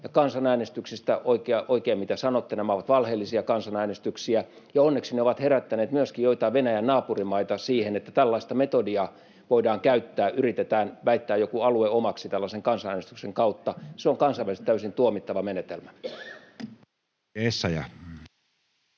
Ja kansanäänestyksistä: Oli oikein, mitä sanoitte. Nämä ovat valheellisia kansanäänestyksiä, ja onneksi ne ovat herättäneet myöskin joitain Venäjän naapurimaita siihen, että tällaista metodia voidaan käyttää: yritetään väittää joku alue omaksi tällaisen kansanäänestyksen kautta. [Juha Mäenpään välihuuto] Se on kansainvälisesti täysin tuomittava menetelmä. [Speech